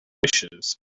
wishes